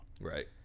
right